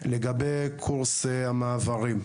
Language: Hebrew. לגבי קורסי המעברים,